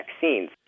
vaccines